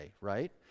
right